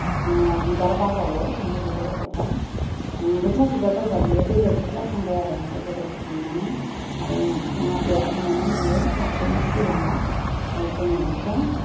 ओ बिबार बारबावो ओमफ्राय बिबार बारबाथाय बुरजा बिबार बारबा बेयो बेदर बुरजा थांबाय आरो ओमफ्राय बेदर थांनानै माबाया उनाव बिफांआ देरथारनानै बेयो लासैनो थैलांबा जोङो बेखौ